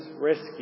rescue